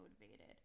motivated